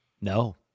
No